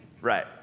Right